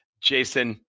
Jason